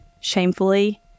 shamefully